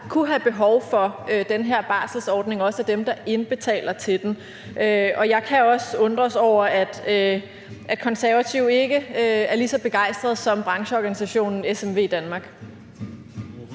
kunne have behov for den her barselsordning, også er dem, der indbetaler til den. Jeg kan også undres over, at Konservative ikke er lige så begejstret som brancheorganisationen SMVdanmark.